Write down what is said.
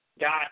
got